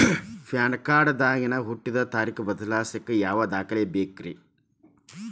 PAN card ದಾಗಿನ ಹುಟ್ಟಿದ ತಾರೇಖು ಬದಲಿಸಾಕ್ ಯಾವ ದಾಖಲೆ ಬೇಕ್ರಿ?